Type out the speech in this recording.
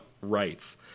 rights